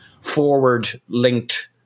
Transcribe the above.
forward-linked